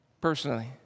personally